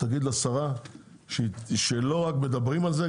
תגיד לשרה שלא רק מדברים על זה,